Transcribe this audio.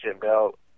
belt